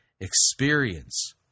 Experience